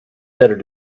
better